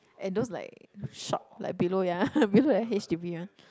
and those like shop like below ya below the H_D_B one